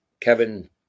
Kevin